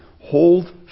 hold